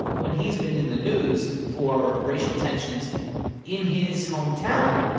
when he's been in the news for racial tensions in his hometown,